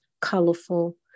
colorful